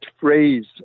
phrase